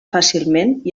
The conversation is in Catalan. fàcilment